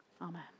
Amen